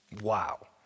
Wow